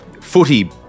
footy